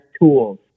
tools